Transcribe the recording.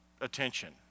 attention